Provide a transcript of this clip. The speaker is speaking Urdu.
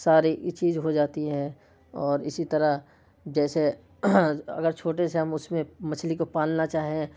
سارے چیز ہو جاتی ہے اور اسی طرح جیسے اگر چھوٹے سے ہم اس میں مچھلی کو پالنا چاہیں